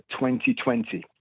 2020